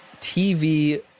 TV